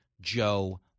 Joe